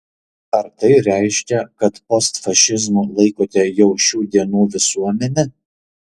ar tai reiškia kad postfašizmu laikote jau šių dienų visuomenę